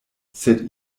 sed